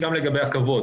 גם לגבי הכבוד.